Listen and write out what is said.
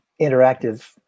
interactive